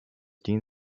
dean